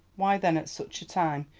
why then, at such a time,